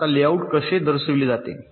आता लेआउट कसे दर्शविले जाते